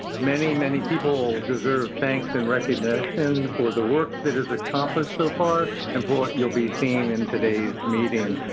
many, many people deserve thanks and recognition for the work that is accomplished so far and for what you'll be seeing in today's meeting.